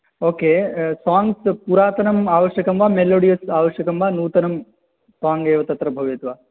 okay songs पुरातनम् आवश्यकं वा मेलोडियस् आवश्यकं वा नूतनं साङ्ग् एव तत्र भवेत् वा